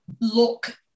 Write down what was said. look